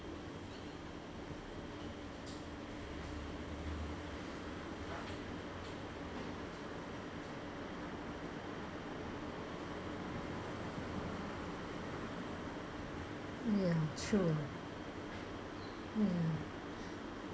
ya true mm